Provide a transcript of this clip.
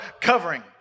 covering